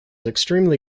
extremely